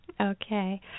Okay